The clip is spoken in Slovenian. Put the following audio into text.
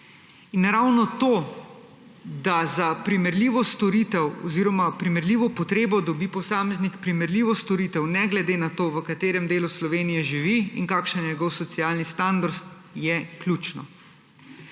In ravno to, da za primerljivo storitev oziroma primerljivo potrebo dobi posameznik primerljivo storitev, ne glede na to, v katerem delu Slovenije živi in kakšen je njegov socialni standard, je ključno.